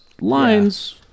lines